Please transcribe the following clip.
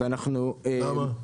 למה?